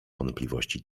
wątpliwości